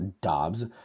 Dobbs